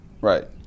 Right